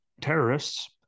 terrorists